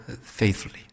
faithfully